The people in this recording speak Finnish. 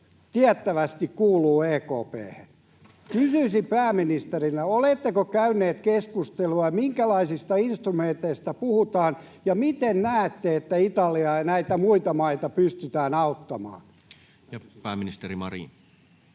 tiettävästi kuuluu EKP:hen. Kysyisin pääministeriltä: oletteko käyneet keskustelua, ja minkälaisista instrumenteista puhutaan, ja miten näette, että Italiaa ja näitä muita maita pystytään auttamaan? [Speech 32]